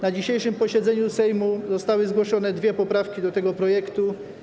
Na dzisiejszym posiedzeniu Sejmu zostały zgłoszone dwie poprawki do tego projektu.